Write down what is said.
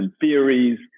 theories